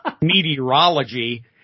meteorology